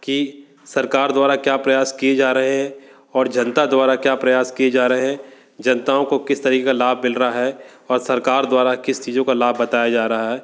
की सरकार द्वारा क्या प्रयास किए जा रहे हैं और जनता द्वारा क्या प्रयास किए जा रहे हैं जनताओं को किस तरक का लाभ मिल रहा है और सरकार द्वारा किस चीज़ों का लाभ बताया जा रहा है